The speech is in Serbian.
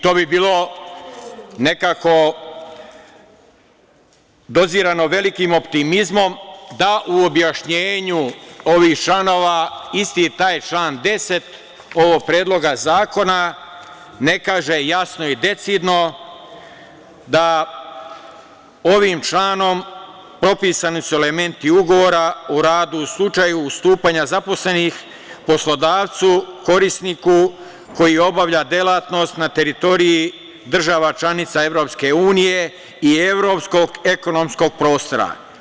To bi bilo nekako dozirano velikim optimizmom, da u objašnjenju ovih članova isti taj član 10. ovog predloga zakona ne kaže jasno i decidno da su ovim članom propisani elementi ugovora o radu u slučaju ustupanja zaposlenih poslodavcu korisniku koji obavlja delatnost na teritoriji država članica EU i evropskog ekonomskog prostora.